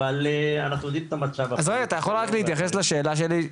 אבל אנחנו יודעים את המצב אתה יכול רק להתייחס לשאלה שלי,